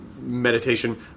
meditation